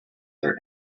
their